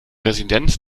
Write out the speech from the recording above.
residenz